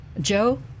Joe